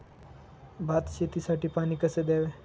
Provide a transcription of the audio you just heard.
भात शेतीसाठी पाणी कसे द्यावे?